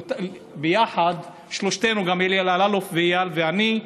ביחד, לשלושתנו, אלי אלאלוף ואיל ואני,